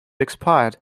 expired